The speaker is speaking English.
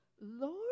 Lord